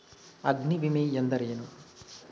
ಅಗ್ನಿವಿಮೆ ಎಂದರೇನು?